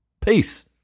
Peace